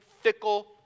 fickle